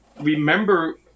remember